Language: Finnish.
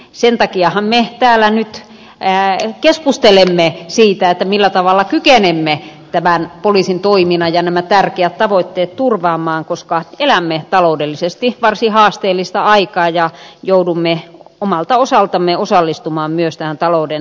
sen takiahan me täällä nyt keskustelemme siitä millä tavalla kykenemme tämän poliisin toiminnan ja nämä tärkeät tavoitteet turvaamaan koska elämme taloudellisesti varsin haasteellista aikaa ja joudumme omalta osaltamme osallistumaan myös tähän talouden tasapainottamiseen